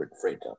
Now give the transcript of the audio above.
freighter